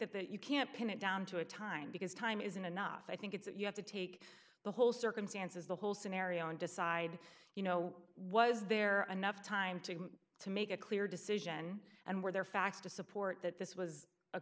that that you can't pin it down to a time because time isn't enough i think it's that you have to take the whole circumstances the whole scenario and decide you know was there are enough time to to make a clear decision and were there facts to support that this was a